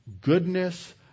goodness